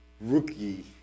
rookie